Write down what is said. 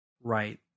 Right